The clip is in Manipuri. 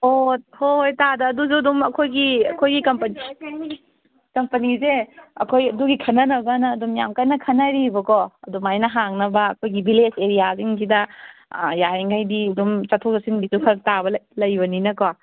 ꯑꯣ ꯍꯣꯏ ꯍꯣꯏ ꯇꯥꯗ ꯑꯗꯨꯁꯨ ꯑꯗꯨꯝ ꯑꯩꯈꯣꯏꯒꯤ ꯀꯝꯄꯅꯤꯁꯦ ꯑꯩꯈꯣꯏ ꯑꯗꯨꯒꯤ ꯈꯟꯅꯅꯕꯅ ꯑꯗꯨꯝ ꯌꯥꯝꯀꯟꯅ ꯈꯟꯅꯔꯤꯕꯀꯣ ꯑꯗꯨꯃꯥꯏꯅ ꯍꯥꯡꯅꯕ ꯑꯩꯈꯣꯏꯒꯤ ꯚꯤꯂꯦꯖ ꯑꯦꯔꯤꯌꯥꯁꯤꯡꯁꯤꯗ ꯌꯥꯔꯤꯉꯩꯗꯤ ꯑꯗꯨꯝ ꯆꯠꯊꯣꯛ ꯆꯠꯁꯤꯟꯒꯤꯁꯨ ꯐꯔꯛꯇꯥꯕ ꯂꯩꯕꯅꯤꯅꯀꯣ